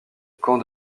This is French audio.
camp